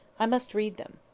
i must read them.